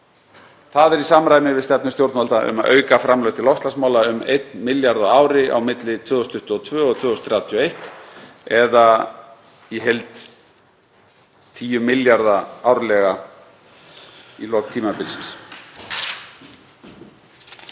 Það er í samræmi við stefnu stjórnvalda um að auka framlög til loftslagsmála um 1 milljarð kr. á ári milli 2022 og 2031 eða í heild um 10 milljarða kr. árlega í lok tímabilsins.